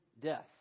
death